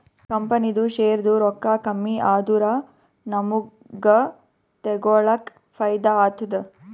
ಕಂಪನಿದು ಶೇರ್ದು ರೊಕ್ಕಾ ಕಮ್ಮಿ ಆದೂರ ನಮುಗ್ಗ ತಗೊಳಕ್ ಫೈದಾ ಆತ್ತುದ